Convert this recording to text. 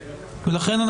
לכן,